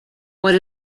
what